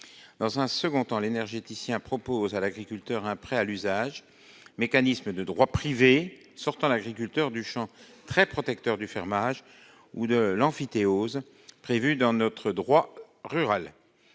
Dans un deuxième temps, l'énergéticien propose à l'agriculteur un prêt à l'usage, mécanisme de droit privé sortant l'agriculteur du cadre très protecteur du fermage ou de l'emphytéose, prévus dans notre droit rural.